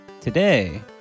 Today